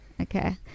Okay